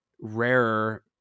rarer